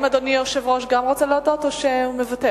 האם אדוני היושב-ראש גם רוצה להודות או שהוא מוותר?